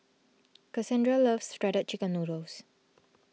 Cassondra loves Shredded Chicken Noodles